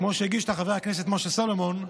שהגיש חבר הכנסת משה סולומון,